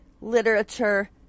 literature